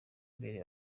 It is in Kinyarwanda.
imbere